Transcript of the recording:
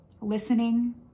listening